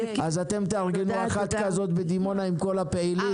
אז אתם תארגנו אחת כזו בדימונה עם כל הפעילים.